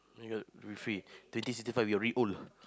you know refect twenty sixty five we already old